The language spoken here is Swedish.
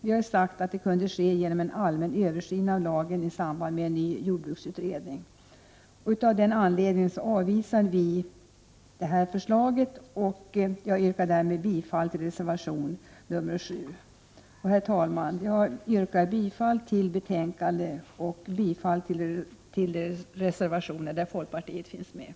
Vi har sagt att uppmjukningen kunde ske genom en allmän översyn av lagen i samband med en eventuell ny jordbruksutredning. Av den anledningen avvisar vi detta förslag. Jag yrkar härmed bifall till reservation nr 7. Herr talman! Jag yrkar bifall till de reservationer som folkpartiet deltagit i och i övrigt till utskottets hemställan.